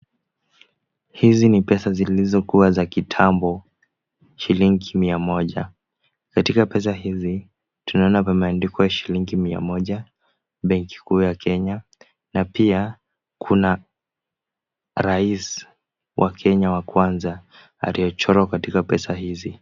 Hizi ni pesa zilizokuwa za kitambo. Shilingi mia moja, katika pesa hizi tunaona pameandikwa shilingi Mia Moja. Benki kuu ya Kenya na pia kuna Rais wa Kenya wa kwanza aliyechorwa katika pesa hizi.